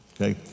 okay